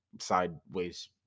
Sideways